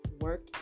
work